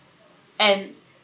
and